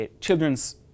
children's